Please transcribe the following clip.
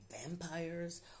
vampires